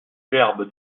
verbe